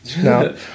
no